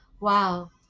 Wow